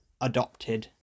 adopted